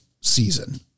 season